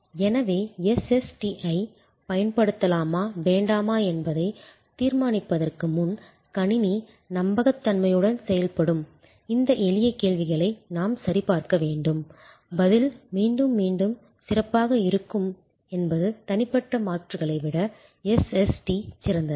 எனவே SST ஐப் பயன்படுத்தலாமா வேண்டாமா என்பதைத் தீர்மானிப்பதற்கு முன் கணினி நம்பகத்தன்மையுடன் செயல்படும் இந்த எளிய கேள்விகளை நாம் சரிபார்க்க வேண்டும் பதில் மீண்டும் மீண்டும் மீண்டும் சிறப்பாக இருக்கும் என்பது தனிப்பட்ட மாற்றுகளை விட SST சிறந்தது